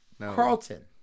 Carlton